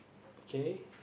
okay